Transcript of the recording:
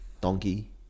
Donkey